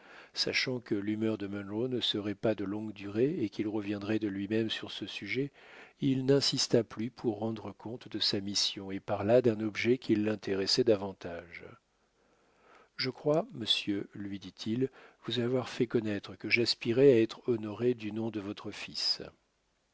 sachant que l'humeur de munro ne serait pas de longue durée et qu'il reviendrait de lui-même sur ce sujet il ninsista plus pour rendre compte de sa mission et parla d'un objet qui l'intéressait davantage je crois monsieur lui dit-il vous avoir fait connaître que j'aspirais à être honoré du nom de votre fils